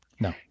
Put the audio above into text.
No